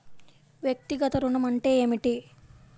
వ్యక్తిగత ఋణం అంటే ఏమిటి?